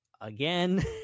again